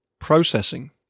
processing